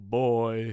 boy